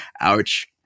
ouch